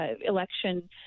election